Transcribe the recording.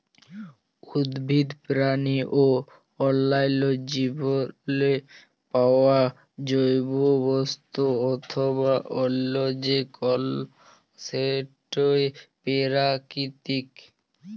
উদ্ভিদ, পেরানি অ অল্যাল্য জীবেরলে পাউয়া জৈব বস্তু অথবা অল্য যে কল সেটই পেরাকিতিক